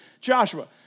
Joshua